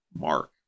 Mark